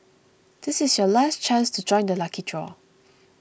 this is your last chance to join the lucky draw